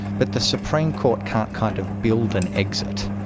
but the supreme court can't kind of build an exit,